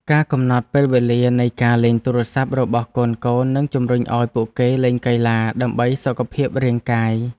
ការកំណត់ពេលវេលានៃការលេងទូរស័ព្ទរបស់កូនៗនិងជំរុញឱ្យពួកគេលេងកីឡាដើម្បីសុខភាពរាងកាយ។